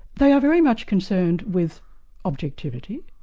they are very much concerned with objectivity,